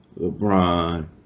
LeBron